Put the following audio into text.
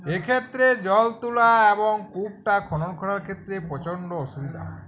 এক্ষেত্রে জল তুলা এবং কূপ্টা খনন করার ক্ষেত্রে প্রচণ্ড অসুবিধা হয়